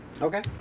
okay